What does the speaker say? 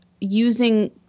using